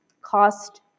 cost